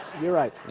you're right.